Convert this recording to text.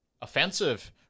offensive